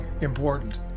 important